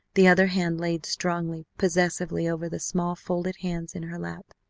the other hand laid strongly, possessively over the small folded hands in her lap.